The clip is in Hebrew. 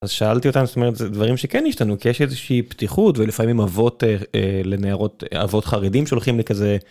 אז שאלתי אותם, זאת אומרת, זה דברים שכן יש לנו, יש איזושהי פתיחות, ולפעמים אבות לנערות, אבות חרדים, שולחים לי כזה...